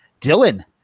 Dylan